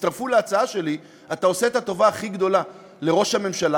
שהצטרפו להצעה שלי: אתה עושה את הטובה הכי גדולה לראש הממשלה,